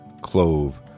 clove